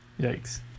Yikes